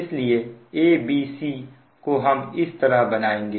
इसलिए A B C को हम इस तरह बनाएंगे